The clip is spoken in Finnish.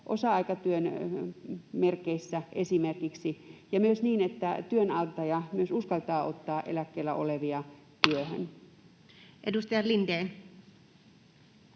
osa-aikatyön merkeissä ja että työnantaja myös uskaltaa ottaa eläkkeellä olevia työhön? Edustaja Lindén.